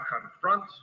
confront